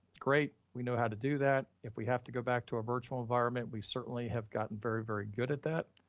great. we know how to do that. if we have to go back to a virtual environment, we certainly have gotten very, very good at that.